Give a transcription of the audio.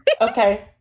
Okay